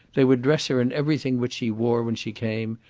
they would dress her in everything which she wore when she came,